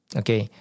okay